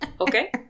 okay